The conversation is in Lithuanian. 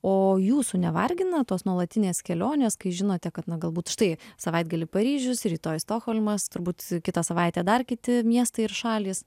o jūsų nevargina tos nuolatinės kelionės kai žinote kad na galbūt štai savaitgalį paryžius rytoj stokholmas turbūt kitą savaitę dar kiti miestai ir šalys